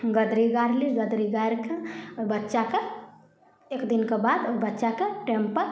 गदरी गारली गदरी गाड़िके ओहि बच्चाके एक दिनके बाद ओहि बच्चाके टाइमपर